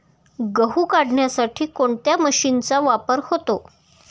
गहू काढण्यासाठी कोणत्या मशीनचा वापर होतो?